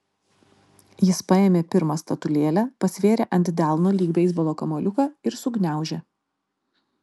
jis paėmė pirmą statulėlę pasvėrė ant delno lyg beisbolo kamuoliuką ir sugniaužė